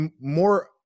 more –